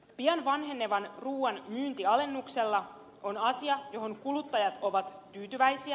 pian vanhenevan ruuan myynti alennuksella on asia johon kuluttajat ovat tyytyväisiä